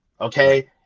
Okay